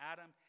Adam